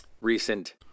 recent